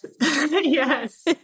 yes